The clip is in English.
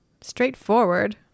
straightforward